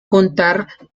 contar